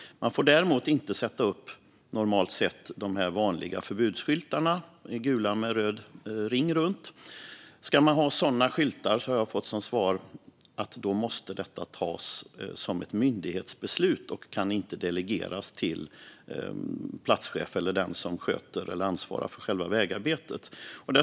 Man får däremot inte sätta upp de normalt sett vanliga förbudsskyltarna - gula med röd ring runt. Ska man ha sådana skyltar har jag fått svaret att det måste fattas ett myndighetsbeslut, och beslutet kan inte delegeras till platschef eller den som ansvarar för själva vägarbetet.